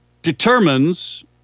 Determines